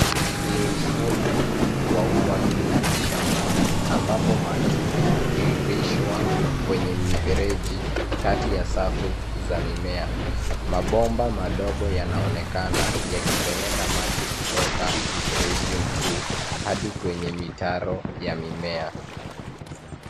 Ni mfumo wa umwagiliaji shambani ambapo maji yanatiririshwa kwenye mifereji kati ya safu za mimea. Mabomba madogo yanaonekana yakipelekea maji kutoka mifereji mikuu hadi kwenye mitaro ya mimea.